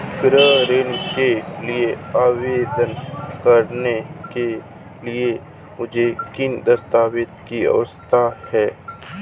गृह ऋण के लिए आवेदन करने के लिए मुझे किन दस्तावेज़ों की आवश्यकता है?